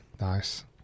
Nice